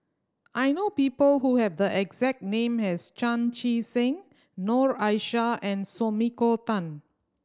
I know people who have the exact name as Chan Chee Seng Noor Aishah and Sumiko Tan